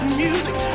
music